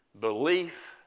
belief